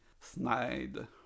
snide